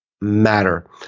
matter